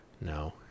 No